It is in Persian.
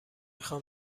خوام